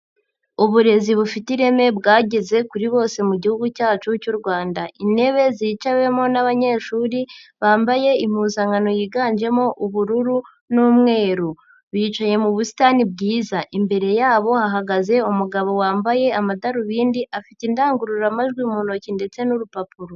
Uburezi bufite ireme bwageze kuri bose mu Gihugu cyacu cy'u Rwanda, intebe zicawemo n'abanyeshuri bambaye impuzankano yiganjemo ubururu n'umweru. Bicaye mu busitani bwiza, imbere yabo hahagaze umugabo wambaye amadarubindi afite indangururamajwi mu ntoki ndetse n'urupapuro.